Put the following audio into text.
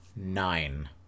Nine